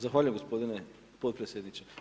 Zahvaljujem gospodine potpredsjedniče.